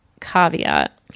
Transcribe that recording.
caveat